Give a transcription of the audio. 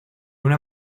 una